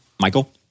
Michael